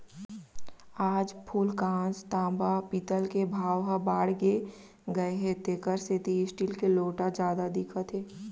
आज फूलकांस, तांबा, पीतल के भाव ह बाड़गे गए हे तेकर सेती स्टील के लोटा जादा दिखत हे